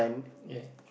okay